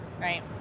right